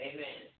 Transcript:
Amen